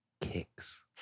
Kicks